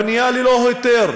הבנייה ללא היתר,